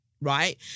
Right